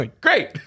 Great